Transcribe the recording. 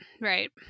Right